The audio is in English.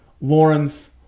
Lawrence